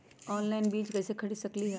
Online बीज कईसे खरीद सकली ह?